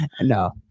no